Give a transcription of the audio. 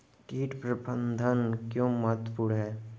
कीट प्रबंधन क्यों महत्वपूर्ण है?